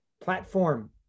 platform